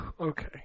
Okay